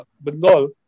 Bengal